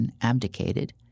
abdicated